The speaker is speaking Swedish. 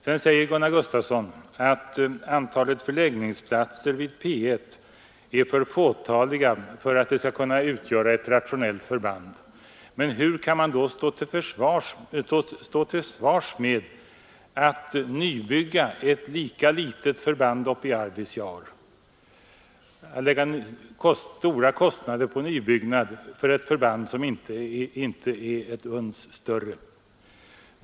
Sedan säger Gunnar Gustafsson att antalet förläggningsplatser vid P 1 är för fåtaliga i förhållande till vad som krävs för ett rationellt förband. Men hur kan man då stå till svars med att nybygga ett litet förband uppe i Arvidsjaur, att lägga ned stora kostnader på utbyggnad av ett förband som inte är ett uns större?